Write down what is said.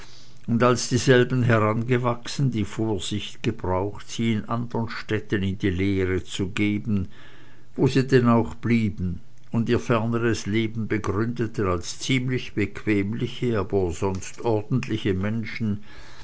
und als dieselben herangewachsen die vorsicht gebraucht sie in anderen städten in die lehre zu geben wo sie denn auch blieben und ihr ferneres leben begründeten als ziemlich bequemliche aber sonst ordentliche menschen